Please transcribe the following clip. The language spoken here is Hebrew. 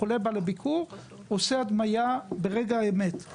החולה בא לביקור, עושה הדמיה ברגע האמת.